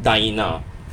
dine in ah